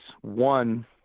one